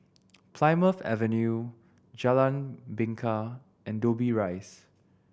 Plymouth Avenue Jalan Bingka and Dobbie Rise